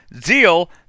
Zeal